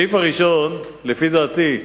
הדבר הראשון, לפי דעתי,